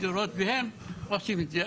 והם עושים את זה.